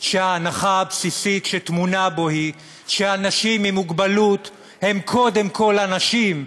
שההנחה הבסיסית שטמונה בו היא שאנשים עם מוגבלות הם קודם כול אנשים,